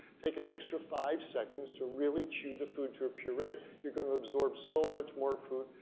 take an extra five seconds to really chew the food to a puree. you're gonna absorb so much more food.